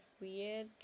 weird